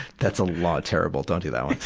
that's a lot terrible don't do that one.